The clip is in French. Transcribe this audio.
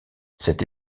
cette